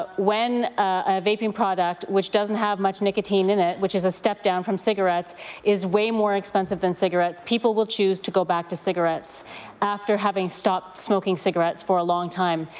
but when a vaping product which doesn't have much nicotine in it which is a step down from cigarettes is way more expensive than cigarettes, people will choose to go back to cigarettes after having stopped so cigarettes for a long time.